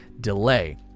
delay